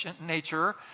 nature